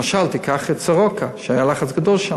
למשל, קח את בית-חולים סורוקה, ששם היה לחץ גדול.